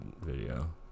video